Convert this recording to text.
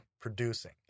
producing